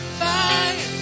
fire